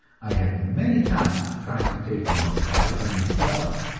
i have many times tried to take a milk diet by myself,